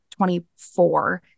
24